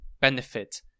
benefit